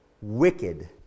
wicked